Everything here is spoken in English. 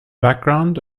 background